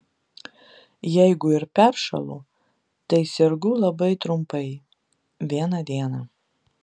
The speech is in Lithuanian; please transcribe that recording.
jeigu ir peršąlu tai sergu labai trumpai vieną dieną